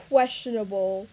questionable